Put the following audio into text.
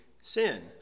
sin